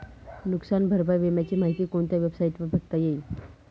नुकसान भरपाई विम्याची माहिती कोणत्या वेबसाईटवर बघता येईल?